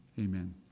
amen